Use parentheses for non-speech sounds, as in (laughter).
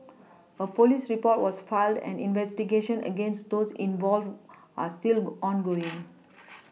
(noise) a police report was filed and investigations against those involved are still go ongoing (noise)